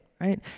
right